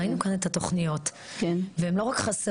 ראינו כאן את התוכניות והן לא רק חסרות,